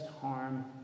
harm